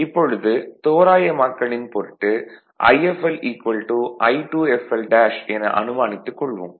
இப்பொழுது தோராயமாக்கலின் பொருட்டு Ifl I2fl என அனுமானித்துக் கொள்வோம்